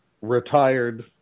retired